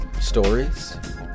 Stories